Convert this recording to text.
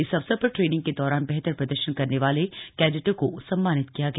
इस अवसर पर ट्रेनिंग के दौरान बेहतर प्रदर्शन करने वाले कैडेटों को सम्मानित किया गया